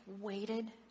waited